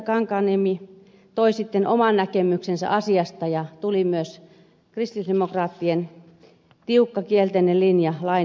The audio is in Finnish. kankaanniemi toi sitten oman näkemyksensä asiasta ja tuli myös kristillisdemokraattien tiukka kielteinen linja lain hyväksymiselle